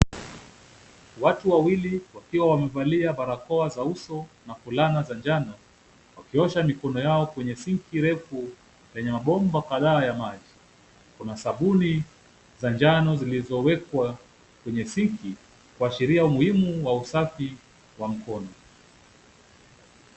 Watu wawili wakiwa wamevalia barakoa za uso na fulana za njano wakiosha mikono yao kwenye sinki refu lenye mabomba kadhaa ya maji. Kuna sabuni za njano zilizowekwa kwenye sinki kuashiria umuhimu wa usafi wa mikono.